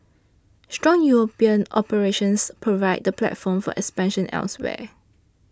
strong European operations provide the platform for expansion elsewhere